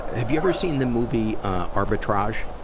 have you ever seen the movie arbitrage?